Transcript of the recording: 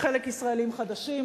חלק "ישראלים חדשים",